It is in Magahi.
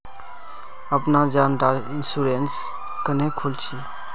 अपना जान डार इंश्योरेंस क्नेहे खोल छी?